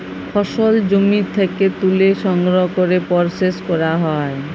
ফসল জমি থ্যাকে ত্যুলে সংগ্রহ ক্যরে পরসেস ক্যরা হ্যয়